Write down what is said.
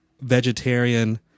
vegetarian